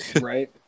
Right